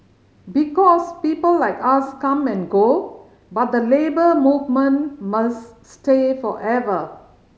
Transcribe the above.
because people like us come and go but the Labour Movement must stay forever